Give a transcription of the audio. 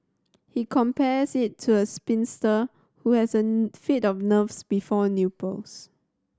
he compares it to a spinster who has a fit of nerves before nuptials